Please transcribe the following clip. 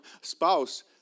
spouse